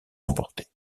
remportées